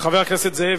חבר הכנסת זאב,